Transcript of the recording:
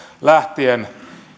lähtien